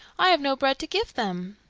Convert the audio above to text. i have no bread to give them.